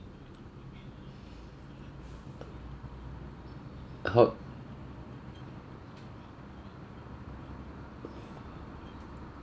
how